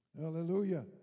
Hallelujah